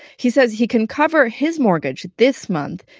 he says he can cover his mortgage this month,